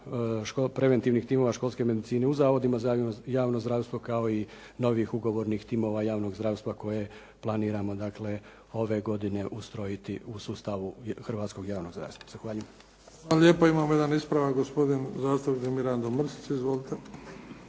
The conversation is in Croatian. preventivnih timova školske medicine u zavodima za javno zdravstvo kao i novih ugovornih timova javnog zdravstva kojeg planiramo ove godine ustrojiti u sustavu hrvatskog javnog zdravstva. Zahvaljujem. **Bebić, Luka (HDZ)** Hvala lijepa. Imamo jedan ispravak. Gospodin zastupnik Mirando Mrsić. Izvolite.